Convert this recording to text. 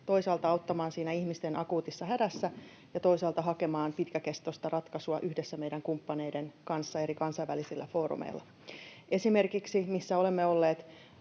toisaalta auttamaan siinä ihmisten akuutissa hädässä ja toisaalta hakemaan pitkäkestoista ratkaisua yhdessä meidän kumppaneiden kanssa eri kansainvälisillä foorumeilla. Esimerkkinä asiasta, jossa olemme olleet